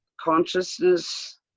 consciousness